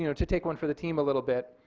you know to take one for the team a little bit.